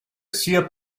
sia